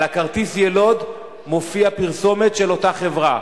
על כרטיס היילוד מופיעה פרסומת של אותה חברה,